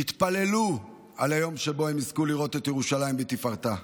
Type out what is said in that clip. התפללו על היום שבו הם יזכו לראות את ירושלים בתפארתה.